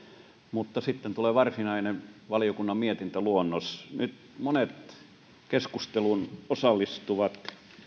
mutta sitten tulee varsinainen valiokunnan mietintöluonnos nyt monet keskusteluun osallistuvat